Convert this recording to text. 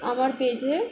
আমার পেজে